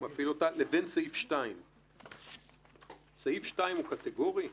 לבין סעיף 2. סעיף 2 הוא קטגורי?